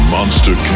Monster